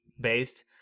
based